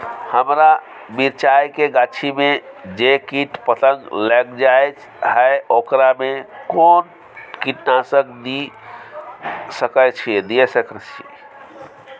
हमरा मिर्चाय के गाछी में जे कीट पतंग लैग जाय है ओकरा में कोन कीटनासक दिय सकै छी?